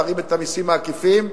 להרים את המסים העקיפים,